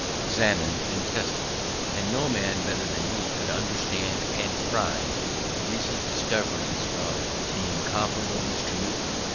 examined and tested and no man better than he could understand and prize the recent discoveries of the incomparable mr newton.